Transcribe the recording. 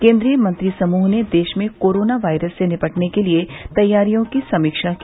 केन्द्रीय मंत्री समूह ने देश में कोरोना वायरस से निपटने के लिए तैयारियों की समीक्षा की